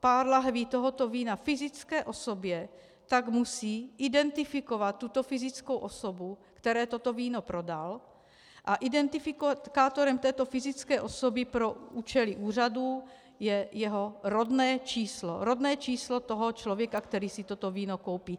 pár lahví tohoto vína fyzické osobě, tak musí identifikovat tuto fyzickou osobu, které toto víno prodal, a identifikátorem této fyzické osoby pro účely úřadů je jeho rodné číslo, rodné číslo toho člověka, který si toto víno koupí.